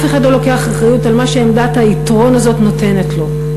אף אחד לא לוקח אחריות על מה שעמדת היתרון הזאת נותנת לו.